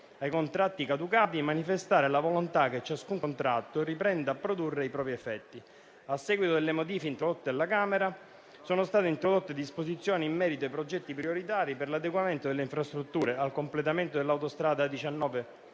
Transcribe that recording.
ai contratti caducati, manifestare la volontà che ciascun contratto riprenda a produrre i propri effetti. A seguito delle modifiche apportate dalla Camera dei deputati, sono state introdotte disposizioni in merito ai progetti prioritari per l'adeguamento delle infrastrutture, al completamento dell'autostrada A19